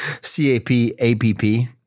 c-a-p-a-p-p